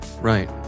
Right